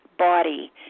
body